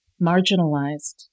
marginalized